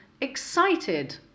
excited